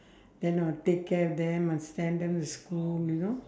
then I'll take care of them I send them to school you know